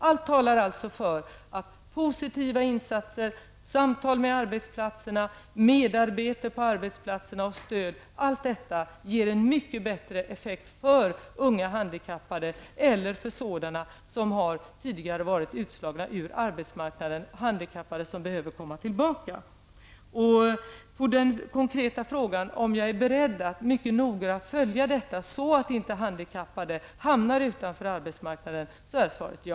Allt talar alltså för att positiva insatser, samtal med folk på arbetsplatserna, medarbete och stöd på arbetsplatserna ger en mycket bättre effekt för unga handikappade och för sådana som tidigare har varit utslagna från arbetsmarknaden, dvs. handikappade som behöver komma tillbaka till arbetslivet. På den konkreta frågan om jag är beredd att mycket nogrant följa detta, så att handikappade inte hamnar utanför arbetsmarknaden, är svaret ja.